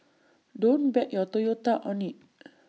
don't bet your Toyota on IT